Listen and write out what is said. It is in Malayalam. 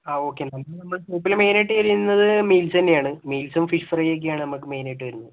ആ ഓക്കേ മാം നമ്മള് ഫുഡിൽ മെയിനായിട്ട് ഏരിയയെന്നത് മീൽസ് തന്നെയാണ് മീൽസും ഫിഷ്ഫ്രൈയൊക്കെയാണ് നമുക്ക് മെയിനായിട്ട് വരുന്നത്